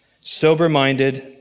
sober-minded